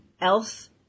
else